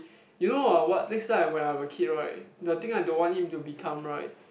you know ah what next time when I have a kid right the thing I don't want him to become right